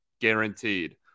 guaranteed